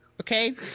Okay